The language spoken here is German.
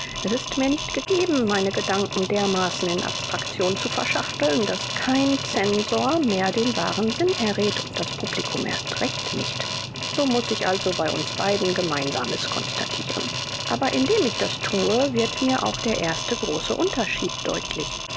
es ist mir nicht gegeben meine gedanken dermaßen in abstraktion zu verschachteln daß kein zensor mehr den wahren sinn errät und das publikum erst recht nicht so muß ich also bei uns beiden gemeinsames konstatieren aber indem ich das tue wird mir auch der erste große unterschied deutlich